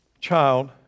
child